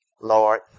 Lord